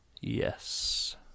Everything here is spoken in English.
Yes